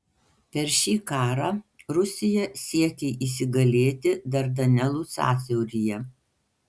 per šį karą rusija siekė įsigalėti dardanelų sąsiauryje